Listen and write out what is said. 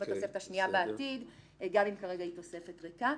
בתוספת השנייה בעתיד גם אם כרגע היא תוספת ריקה.